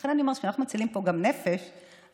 לכן אני אומרת שכשאנחנו מצילים פה נפש אנחנו